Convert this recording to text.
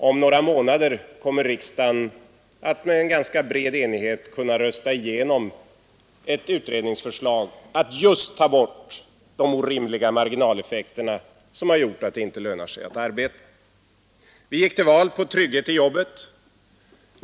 Om några månader kommer riksdagen att med en ganska bred enighet kunna rösta igenom ett utredningsförslag just om att ta bort de orimliga marginaleffekterna, som har gjort att det inte lönar sig att arbeta. Vi gick till val på trygghet i jobbet.